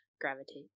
gravitate